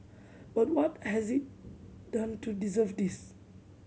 but what has it done to deserve this